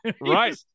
Right